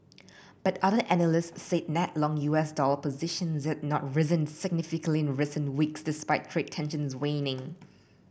but other analysts said net long U S dollar positions had not risen significantly in recent weeks despite trade tensions waning